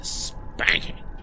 spanking